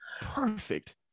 perfect